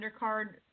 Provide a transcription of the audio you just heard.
undercard